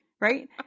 right